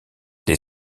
les